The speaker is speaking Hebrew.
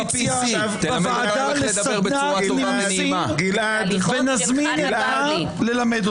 בוועדה לסדנת נימוסים ונזמין אותך ללמד אותנו.